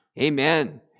Amen